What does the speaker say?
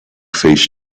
face